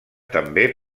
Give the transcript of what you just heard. també